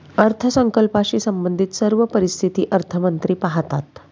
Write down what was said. अर्थसंकल्पाशी संबंधित सर्व परिस्थिती अर्थमंत्री पाहतात